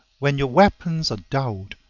when your weapons are dulled,